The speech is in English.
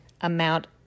amount